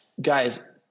Guys